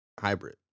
hybrid